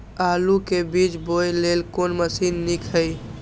आलु के बीज बोय लेल कोन मशीन नीक ईय?